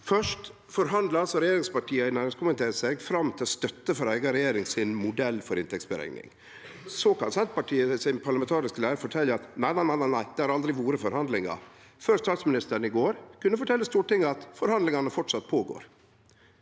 Først forhandlar altså regjeringspartia i næringskomiteen seg fram til støtte for regjeringa sin eigen modell for inntektsberekning. Så kan Senterpartiets parlamentariske leiar fortelje at nei, nei, det har aldri vore forhandlingar, før statsministeren i går kunne fortelje Stortinget at forhandlingane framleis går